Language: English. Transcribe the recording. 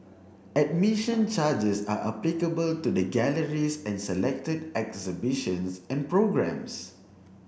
admission charges are applicable to the galleries and selected exhibitions and programmes